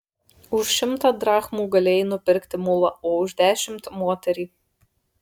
už šimtą drachmų galėjai nupirkti mulą o už dešimt moterį